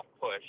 push